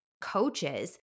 coaches